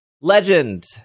Legend